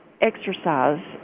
exercise